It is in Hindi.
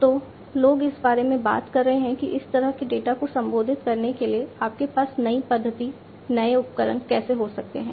तो लोग इस बारे में बात कर रहे हैं कि इस तरह के डेटा को संबोधित करने के लिए आपके पास नई पद्धति नए उपकरण कैसे हो सकते हैं